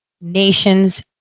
nations